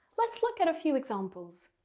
let's look at a few examples.